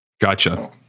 Gotcha